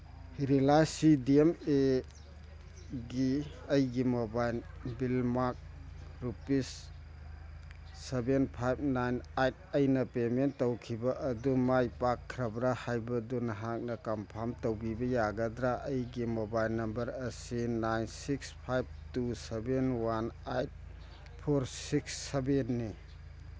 Reliance C D M ꯑꯦꯒꯤ ꯑꯩꯒꯤ mobile bill ꯃꯥꯛ rupees seven five nine eight ꯑꯩꯅ ꯄꯦꯃꯦꯟ ꯇꯧꯈꯤꯕ ꯑꯗꯨ ꯃꯥꯏ ꯄꯥꯛꯈ꯭ꯔꯕꯔ ꯍꯥꯏꯕꯗꯨ ꯅꯍꯥꯛꯅ ꯀꯟꯐꯥꯝ ꯇꯧꯕꯤꯕ ꯌꯥꯒꯗ꯭ꯔ ꯑꯩꯒꯤ ꯃꯣꯕꯥꯏꯜ ꯅꯝꯕꯔ ꯑꯁꯤ nine six five two seven one eight four six ꯁꯚꯦꯟꯅꯤ